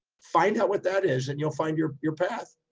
find out what that is and you'll find your your path.